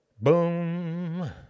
Boom